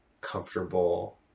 comfortable